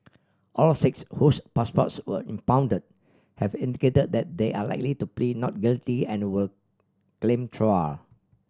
all six whose passports were impounded have indicated that they are likely to plead not guilty and will claim trial